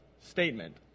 statement